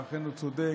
ואכן הוא צודק,